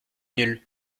nuls